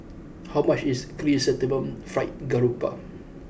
how much is Chrysanthemum Fried Garoupa